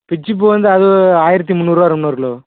பிச்சுப்பூ வந்து அது ஆயிரத்தி முன்னூறுபா வரும் ஒருக்கிலோ